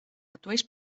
atuells